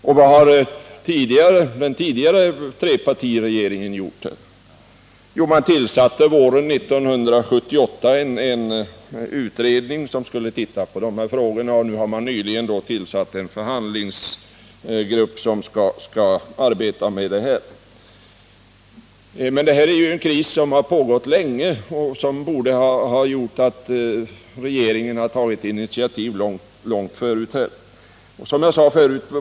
Och vad har den tidigare trepartiregeringen gjort? Jo, man tillsatte våren 1978 en utredning som skulle titta på de här frågorna, och nu har man nyligen tillsatt en förhandlingsgrupp som skall arbeta med det här. Men det är ju fråga om en kris som har pågått länge, och därför borde regeringen ha tagit initiativ långt tidigare.